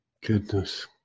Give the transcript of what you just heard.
goodness